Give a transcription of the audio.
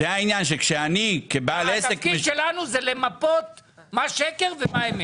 התפקיד שלנו הוא למפות מה שקר ומה אמת.